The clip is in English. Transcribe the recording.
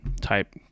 type